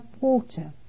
water